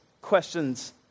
questions